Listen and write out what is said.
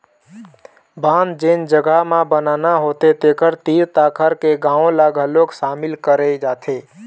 बांध जेन जघा म बनाना होथे तेखर तीर तखार के गाँव ल घलोक सामिल करे जाथे